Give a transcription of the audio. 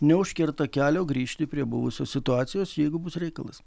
neužkerta kelio grįžti prie buvusios situacijos jeigu bus reikalas